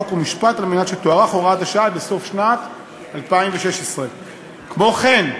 חוק ומשפט כדי שתוארך הוראת השעה עד לסוף שנת 2016. כמו כן,